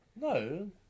No